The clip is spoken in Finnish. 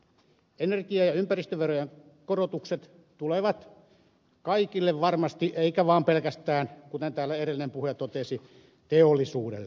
energia ja ympäristöverojen korotukset tulevat kaikille varmasti eivätkä vaan pelkästään kuten täällä edellinen puhuja totesi teollisuudelle